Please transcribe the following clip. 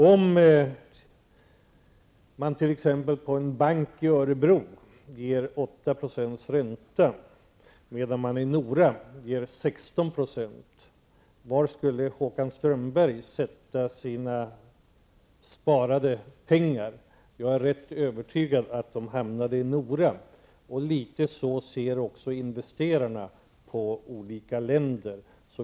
Om man t.ex. på en bank i Örebro ger 8 % ränta medan man i Nora ger en ränta på 16 %, var skulle då Håkan Strömberg sätta in sina sparade pengar? Jag är rätt övertygad om att de då hamnade i Nora. Det är ungefär så som investerarna ser på olika länder.